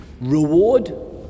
Reward